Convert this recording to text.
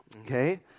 okay